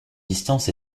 distance